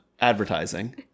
advertising